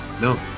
no